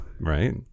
right